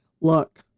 Look